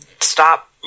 stop